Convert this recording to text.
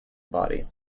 body